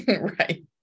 right